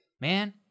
man